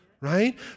right